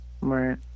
Right